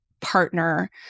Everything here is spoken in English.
partner